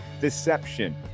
deception